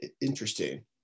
interesting